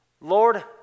Lord